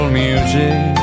music